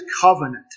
Covenant